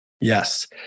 Yes